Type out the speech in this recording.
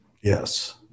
Yes